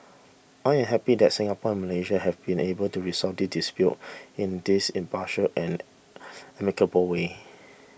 I am happy that Singapore and Malaysia have been able to resolve this dispute in this impartial and amicable way